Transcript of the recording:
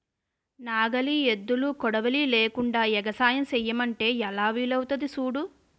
నాగలి, ఎద్దులు, కొడవలి లేకుండ ఎగసాయం సెయ్యమంటే ఎలా వీలవుతాది సూడు